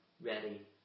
ready